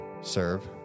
serve